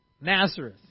Nazareth